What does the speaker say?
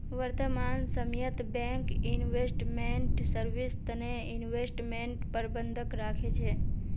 वर्तमान समयत bank investment service तने इन्वेस्टमेंट प्रबंधक राखे छे